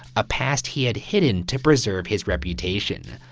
a past he had hidden to preserve his reputation.